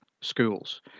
schools